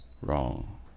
wrong